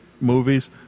movies